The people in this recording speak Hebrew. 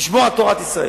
לשמור על תורת ישראל.